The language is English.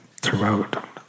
throughout